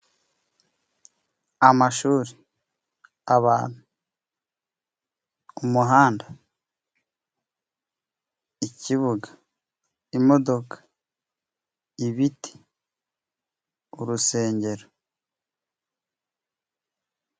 Amashuri ,abantu ,umuhanda ,ikibuga imodoka ,ibiti ,urusengero.